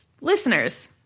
Listeners